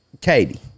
Katie